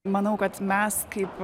manau kad mes kaip